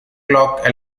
clock